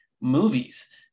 movies